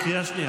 בקריאה שנייה.